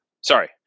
Sorry